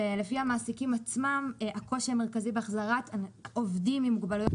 לפי המעסיקים עצמם הקושי המרכזי בהחזרת עובדים עם מוגבלויות